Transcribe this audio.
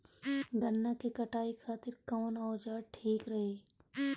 गन्ना के कटाई खातिर कवन औजार ठीक रही?